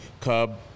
cub